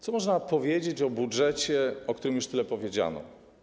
Co można powiedzieć o budżecie, o którym już tyle powiedziano?